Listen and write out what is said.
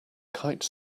kite